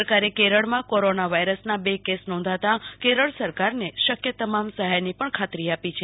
સરકારે કેરળમાં કોરોના વાયરસના બે કેસ નોંધાતા કેરળ સરકારને શક્ય તમામ સહાયની પણ ખાતરી આપી છે